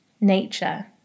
nature